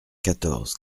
quatorze